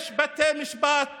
יש בתי משפט